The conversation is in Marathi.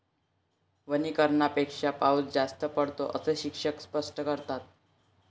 वनीकरणापेक्षा पाऊस जास्त पडतो, असे शिक्षक स्पष्ट करतात